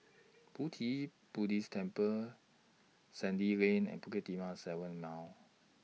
Pu Ti Buddhist Temple Sandy Lane and Bukit Timah seven Mile